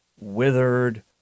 withered